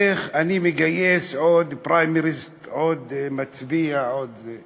איך אני מגייס עוד בפריימריז, עוד מצביע, עוד זה.